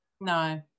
No